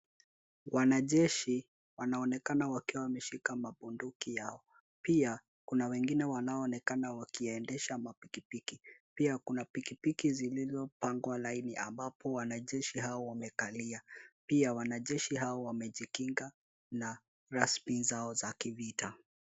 Wanajeshi wanaonekana wakiwa wameshika mabunduki yao. Pia, kuna wengine wanaoonekana wakiendesha mapikipiki . Pia kuna pikipiki zilizopangwa laini ambapo wanajeshi hawa wamekalia. Pia wanajeshi hao wamejikinga na rasmi zao za kivita.